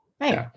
right